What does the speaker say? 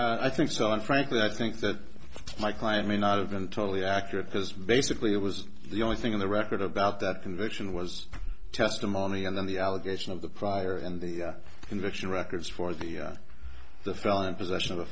served i think so i'm frankly i think that my client may not have been totally accurate because basically it was the only thing on the record about that conviction was testimony and then the allegation of the prior and the conviction records for the the felony possession of